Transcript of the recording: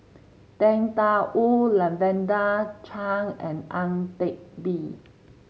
Tang Da Wu Lavender Chang and Ang Teck Bee